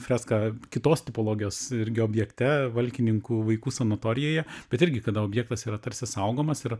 freską kitos tipologijos irgi objekte valkininkų vaikų sanatorijoje bet irgi kada objektas yra tarsi saugomas ir